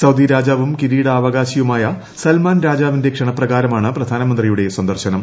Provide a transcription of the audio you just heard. Saudi രാജാവും കിരീടാവകാശിയുമായ Salman രാജാവിന്റെ ക്ഷണപ്രകാരമാണ് പ്രധാനമന്ത്രിയുടെ സന്ദർശനം